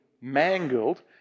mangled